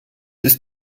ist